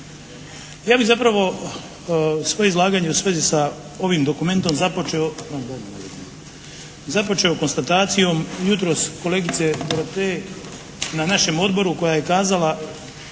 Ja bih zapravo svoje izlaganje u svezi sa ovim dokumentom započeo konstatacijom jutros kolegice Dorotee na našem odboru koja je kazala